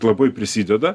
labai prisideda